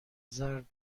ضرب